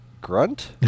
grunt